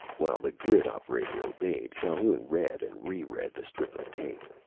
while the grid operator obeyed, calhoun read and reread the strip of tape.